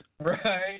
Right